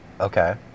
Okay